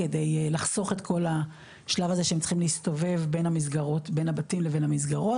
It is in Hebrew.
כדי לחסוך את כל השלב הזה שהם צריכים להסתובב בין הבתים לבין המסגרות.